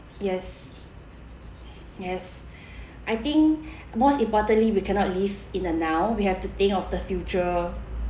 yes yes I think most importantly we cannot live in the now we have to think of the future